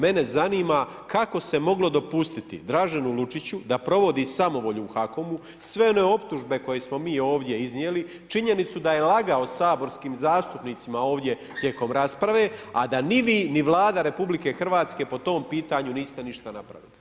Mene zanima kako se moglo dopustiti Draženu Lučiću da provodi samovolju u HAKOM-u, sve one optužbe koje smo mi ovdje iznijeli, činjenicu da je lagao saborskim zastupnicima ovdje tijekom rasprave, a da ni vi, ni Vlada RH po tom pitanju niste ništa napravili.